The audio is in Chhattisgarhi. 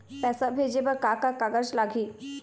पैसा भेजे बर का का कागज लगही?